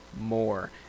more